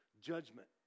judgment